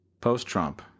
post-Trump